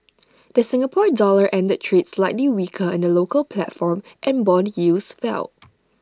the Singapore dollar ended trade slightly weaker in the local platform and Bond yields fell